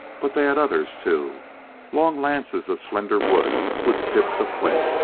but they had others, too long lances of slender wood with tips of flint.